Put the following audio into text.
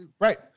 Right